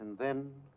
then,